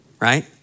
right